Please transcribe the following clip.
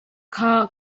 kha